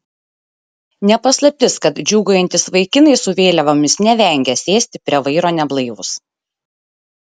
ne paslaptis kad džiūgaujantys vaikinai su vėliavomis nevengia sėsti prie vairo neblaivūs